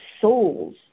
souls